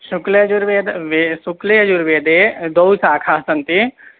शुक्लयजुर्वेद वे शुक्लयजुर्वेदे द्वौ शाखे सन्ति